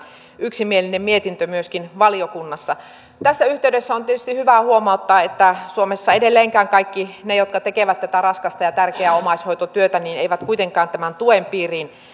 yksimielinen mietintö myöskin valiokunnassa tässä yhteydessä on tietysti hyvä huomauttaa että suomessa edelleenkään kaikki ne jotka tekevät tätä raskasta ja tärkeää omaishoitotyötä eivät kuitenkaan tämän tuen piiriin